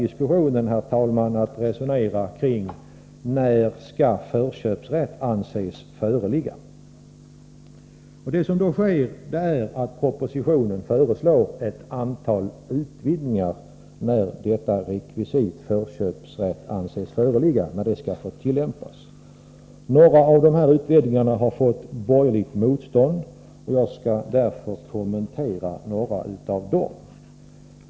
Diskussionen bör kanske därför snarare föras kring frågan: När skall förköpsrätt anses föreligga? Propositionen föreslår ett antal utvidgningar vad gäller olika rekvisit som skall vara uppfyllda för att förköpslagen skall få tillämpas. Några av dessa utvidgningar har mött borgerligt motstånd, och jag skall därför kommentera dem.